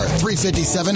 .357